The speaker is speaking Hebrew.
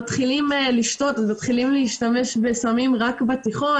מתחילים לשתות ומתחילים להשתמש בסמים רק בתיכון,